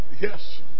yes